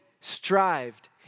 strived